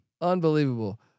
Unbelievable